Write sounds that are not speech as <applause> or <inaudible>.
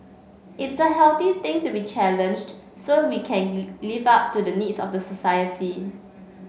it's a healthy thing to be challenged so we can <unintelligible> live up to the needs of the society